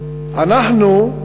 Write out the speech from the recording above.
אנחנו,